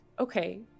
Okay